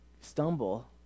stumble